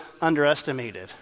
underestimated